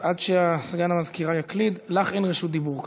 עד שסגן המזכירה יקליד, לך אין רשות דיבור כאן.